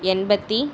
எண்பத்து